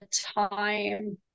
time